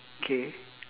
K